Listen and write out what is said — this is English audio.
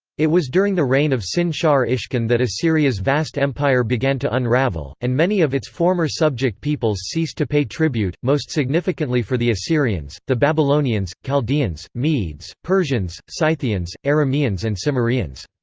it was during the reign of sin-shar-ishkun that assyria's vast empire began to unravel, and many of its former subject peoples ceased to pay tribute, most significantly for the assyrians the babylonians, chaldeans, medes, persians, scythians, arameans and cimmerians.